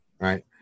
right